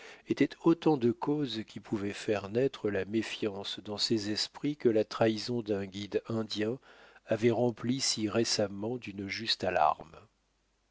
étaient autant de causes qui pouvaient faire naître la méfiance dans des esprits que la trahison d'un guide indien avait remplis si récemment d'une juste alarme